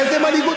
איזו מנהיגות?